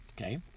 Okay